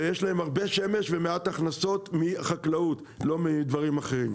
שלהם יש הרבה שמש ומעט הכנסות מחקלאות; לא מדברים אחרים.